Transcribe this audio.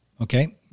Okay